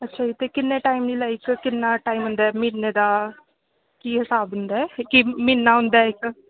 ਅੱਛਾ ਜੀ ਤੇ ਕਿੰਨੇ ਟਾਈਮ ਲਈ ਸਰ ਕਿੰਨਾ ਟਾਈਮ ਹੁੰਦਾ ਮਹੀਨੇ ਦਾ ਕੀ ਹਿਸਾਬ ਹੁੰਦਾ ਕੀ ਮਹੀਨਾ ਹੁੰਦਾ ਇੱਕ